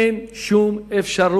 אין שום אפשרות